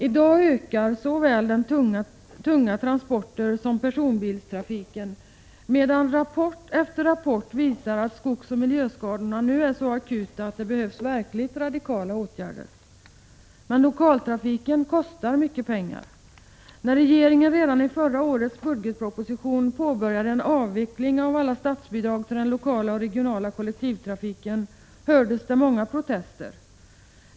I dag ökar såväl tunga transporter som personbilstrafiken, medan rapport efter rapport visar att skogsoch miljöskadorna nu är så akuta att det behövs verkligt radikala åtgärder. Men lokaltrafiken kostar mycket pengar. När regeringen redan i förra årets budgetproposition påbörjade en avveckling av alla statsbidrag för den lokala och den regionala kollektivtrafiken hördes det många protester.